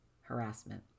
harassment